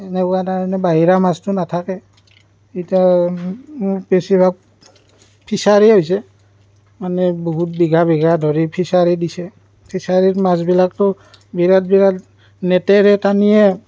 সেনেকুৱাত তাৰমানে বাহিৰা মাছটো নাথাকে এতিয়া বেছিভাগ ফিচাৰীয়ে হৈছে মানে বহুত বিঘা বিঘা ধৰি ফিচাৰি দিছে ফিচাৰিত মাছবিলাকতো বিৰাট বিৰাট নেটেৰে টানিয়ে